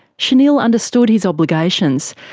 shanil understood his obligations,